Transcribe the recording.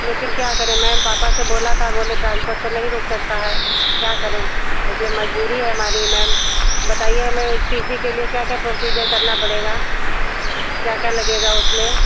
लेकिन क्या करें मैम पापा से बोला था बोले ट्रान्सफ़र तो नहीं रुक सकता है क्या करें इसलिए मजबूरी है हमारी मैम बताइए हमें टी सी के लिए क्या क्या प्रोसीजर करना पड़ेगा क्या क्या लगेगा उसमें